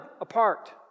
apart